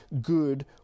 good